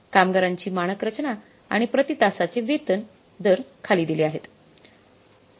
कामगारांची मानक रचना आणि प्रति तासाचे वेतन दर खाली दिले आहेत